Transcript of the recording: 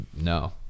no